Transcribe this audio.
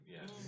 Yes